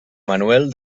manuel